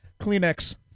Kleenex